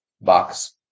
box